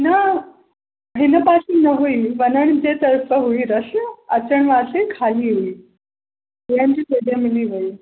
न हिन पासे न हुई वञण जे तरफ़ त हुई रश अचणु पासे ख़ाली हुई वेहण जी जॻहि मिली वेई